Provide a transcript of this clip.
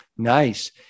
Nice